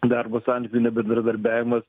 darbo santykių nebendradarbiavimas